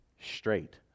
straight